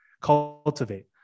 cultivate